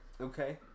Okay